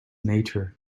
nature